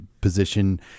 position